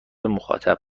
مخاطب